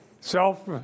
Self